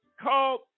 called